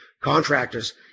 contractors